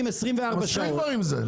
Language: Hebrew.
מספיק כבר עם זה.